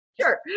Sure